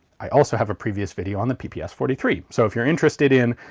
i also have a previous video on the pps forty three, so if you're interested in,